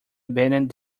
abandoned